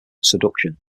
seduction